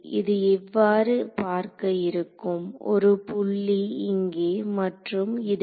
இது இவ்வாறு பார்க்க இருக்கும் ஒரு புள்ளி இங்கே மற்றும் இதுவே